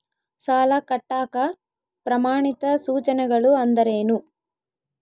ಸಾಲ ಕಟ್ಟಾಕ ಪ್ರಮಾಣಿತ ಸೂಚನೆಗಳು ಅಂದರೇನು?